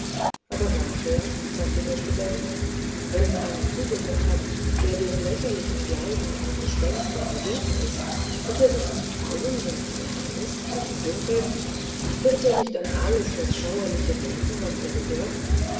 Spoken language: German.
aber nachher sagte der student wenn einer zugehört hat der dem lächerlichen glauben an gespenster ergeben ist wird er sich nicht grauen wenn er allein ist und im dunkeln wird er nicht an alles das schauerliche denken was er gehört